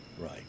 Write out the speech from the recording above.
Right